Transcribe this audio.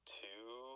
two